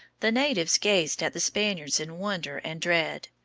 the natives gazed at the spaniards in wonder and dread.